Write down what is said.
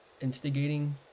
instigating